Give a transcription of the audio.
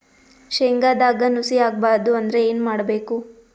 ಶೇಂಗದಾಗ ನುಸಿ ಆಗಬಾರದು ಅಂದ್ರ ಏನು ಮಾಡಬೇಕು?